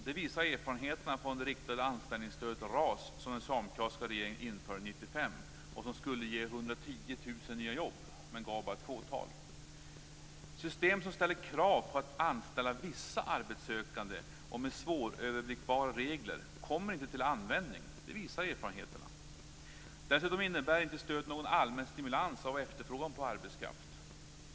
Det visar erfarenheterna från det riktade anställningsstödet, RAS, som den socialdemokratiska regeringen införde 1995 och som skulle ge 110 000 nya jobb men som bara gav ett fåtal. System som ställer krav på att anställa vissa arbetssökande och som har svåröverblickbara regler kommer inte till användning; det visar erfarenheterna. Dessutom innebär inte stödet någon allmän stimulans av efterfrågan på arbetskraft.